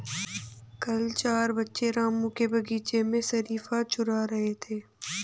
कल चार बच्चे रामू के बगीचे से शरीफा चूरा रहे थे